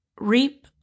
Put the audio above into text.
reap